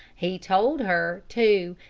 he told her, too,